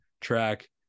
track